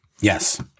Yes